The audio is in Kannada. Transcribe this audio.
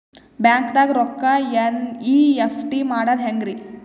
ಬ್ಯಾಂಕ್ದಾಗ ರೊಕ್ಕ ಎನ್.ಇ.ಎಫ್.ಟಿ ಮಾಡದ ಹೆಂಗ್ರಿ?